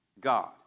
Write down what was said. God